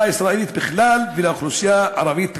הישראלית בכלל ולאוכלוסייה הערבית בפרט.